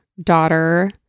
Daughter